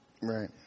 Right